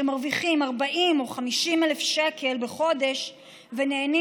שמרוויחים 40,000 או 50,000 ש"ח בחודש ונהנים